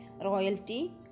Royalty